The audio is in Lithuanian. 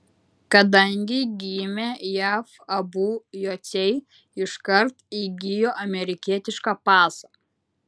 kadangi gimė jav abu jociai iškart įgijo amerikietišką pasą